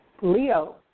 Leo